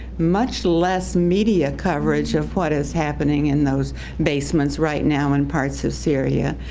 much less media coverage of what is happening in those basements right now in parts of syria,